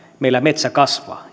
meillä metsä kasvaa